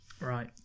Right